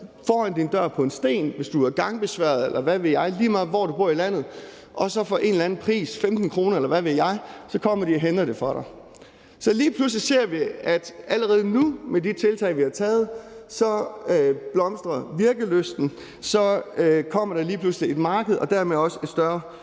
foran sin dør på en sten, hvis du er gangbesværet, eller hvad ved jeg, lige meget hvor du bor i landet, og så for en eller anden pris, 15 kr., eller hvad ved jeg, så kommer de og henter det for dig. Lige pludselig ser vi, at allerede nu med de tiltag, vi har taget, blomstrer virkelysten, og så kommer der lige pludselig et marked og dermed også et større